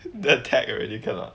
don't tell everybody can or not